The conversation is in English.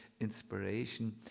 inspiration